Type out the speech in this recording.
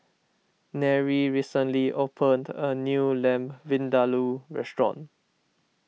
Nery recently opened a new Lamb Vindaloo restaurant